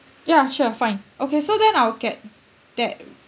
ya sure fine okay so then I'll get that